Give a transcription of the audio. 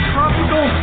Tropical